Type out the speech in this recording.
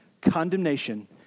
condemnation